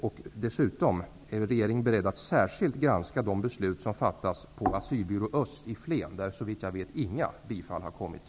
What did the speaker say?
Och framför allt: Är man i regeringen beredd att granska de beslut som fattas på Asylbyrå Öst i Flen, som -- såvitt jag vet -- inte har bifallit några ansökningar?